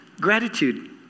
gratitude